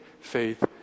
faith